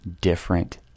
different